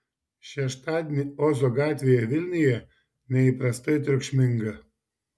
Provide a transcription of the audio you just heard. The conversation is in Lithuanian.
šeštadienį ozo gatvėje vilniuje neįprastai triukšminga